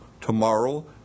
Tomorrow